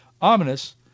ominous